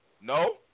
No